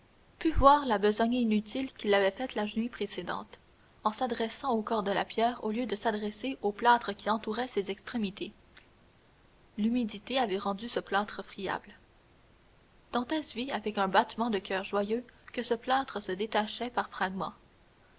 put voir la besogne inutile qu'il avait faite la nuit précédente en s'adressant au corps de la pierre au lieu de s'adresser au plâtre qui entourait ses extrémités l'humidité avait rendu ce plâtre friable dantès vit avec un battement de coeur joyeux que ce plâtre se détachait